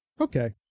okay